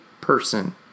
person